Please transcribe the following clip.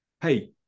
hey